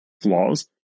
flaws